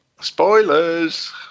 Spoilers